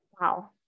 Wow